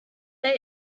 they